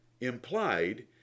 Implied